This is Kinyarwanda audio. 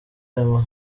aya